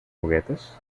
juguetes